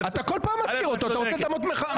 שומע חוות דעת מקצועית מפורטת,